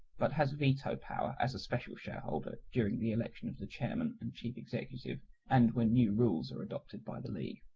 but has veto power as a special shareholder during the election of the chairman and chief executive and when new rules are adopted by the league.